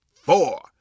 four